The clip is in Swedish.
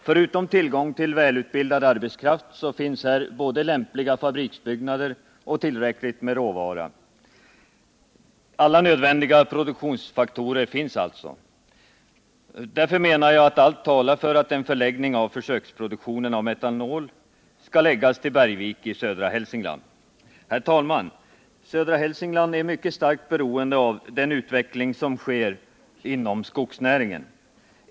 Förutom tillgång till välutbildad arbetskraft finns här både lämpliga fabriksbyggnader och tillräckligt med råvara. Alla nödvändiga produktionsfaktorer finns alltså. Därför menar jag att allt talar för att försöksproduktionen av metanol bör förläggas till Bergvik i södra Hälsingland. Herr talman! Södra Hälsingland är mycket starkt beroende av den utveckling som sker inom skogsnäringen.